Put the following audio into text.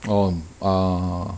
oh err